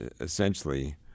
essentially